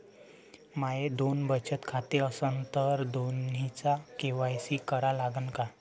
माये दोन बचत खाते असन तर दोन्हीचा के.वाय.सी करा लागन का?